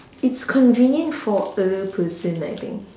it's convenient for a person I think